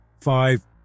Five